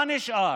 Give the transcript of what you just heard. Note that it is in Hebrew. מה נשאר?